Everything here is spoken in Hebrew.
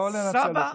לא לנצל אותו.